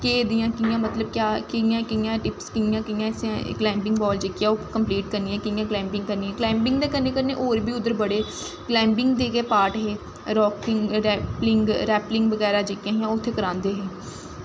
केह् एह्दियां केह्ड़ियां केह्ड़ियां टिप्सां कि'यां कि'यां कलाईंबिंग बॉल जेह्की ऐ ओह् कंपलीट करनी ऐं कि'यां कलाईंबिंग करनी ऐ कलाईंबिंग दे कन्नै कन्नै होर बी बड़े उद्धर कलाईंबिंग दे गै पार्ट हे रैपलिंग बगैरा जेह्कियां हां ओह् उत्थें करांदे हे